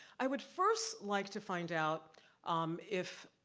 i would first like to find out um if,